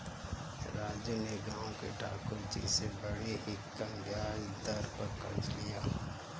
राजू ने गांव के ठाकुर जी से बड़े ही कम ब्याज दर पर कर्ज लिया